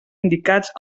indicats